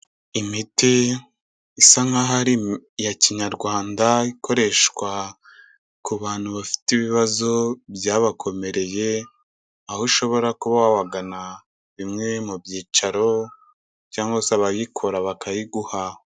Imiti isa nk'aho ari iya kinyarwanda ikoreshwa ku bantu bafite ibibazo byabakomereye aho ushobora kuba wagana bimwe mu byicaro cyangwa se abayikora bakayiguha.